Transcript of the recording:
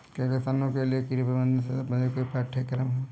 क्या किसानों के लिए कीट प्रबंधन से संबंधित कोई पाठ्यक्रम है?